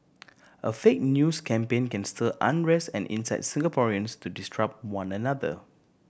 a fake news campaign can stir unrest and incite Singaporeans to distrust one another